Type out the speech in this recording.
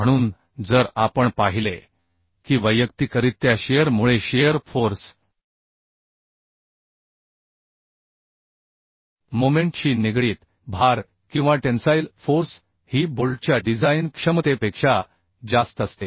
म्हणून जर आपण पाहिले की वैयक्तिकरित्या शिअर मुळे शिअर फोर्स मोमेंट शी निगडीत भार किंवा टेन्साईल फोर्स ही बोल्टच्या डिझाइन क्षमतेपेक्षा जास्त असते